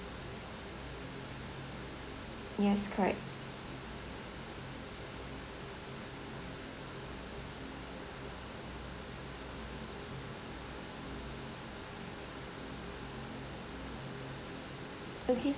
yes correct okay